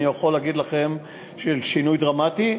אני יכול להגיד לכם שזה שינוי דרמטי.